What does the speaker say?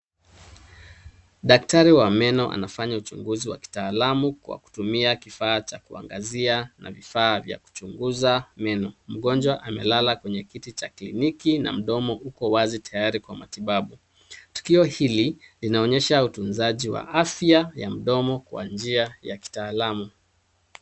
Daktari wa meno anafanya uchunguzi wa kitaalam kwa kutumia kifaa cha kuangazia ana vifaa vya kuchuguza meno. Mgonjwa amelala kwenye kiti cha kliniki na mdomo uko wazi tayari kwa matibabu. Tukio. hili linaonyesha utunzaji wa afya ya mdomo kwa njia ya kitaaalam.